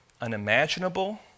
unimaginable